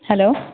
hello